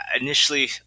initially